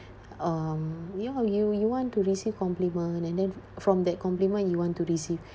um ya you you want to receive compliment and then from that compliment you want to receive